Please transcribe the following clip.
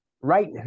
right